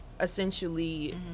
Essentially